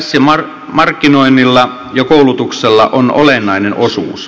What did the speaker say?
tässä markkinoinnilla ja koulutuksella on olennainen osuus